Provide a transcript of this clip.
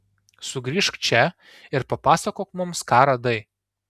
sugrįžk čia ir papasakok mums ką radai